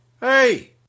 Hey